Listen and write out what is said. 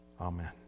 Amen